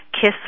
Kiss